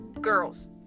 girls